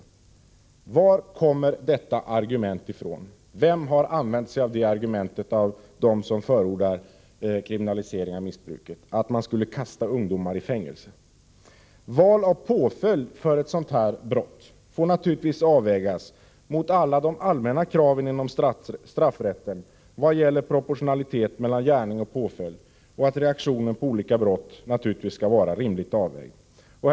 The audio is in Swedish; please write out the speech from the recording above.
Vem av dem som förordar kriminalisering av missbruket har använt sig av argumentet att man skulle kasta ungdomar i fängelse? Val av påföljd för ett sådant här brott får naturligtvis avvägas mot alla de allmänna kraven inom straffrätten i vad gäller proportionalitet mellan gärning och påföljd. Reaktionen på olika brott skall naturligtvis vara rimligt avvägd.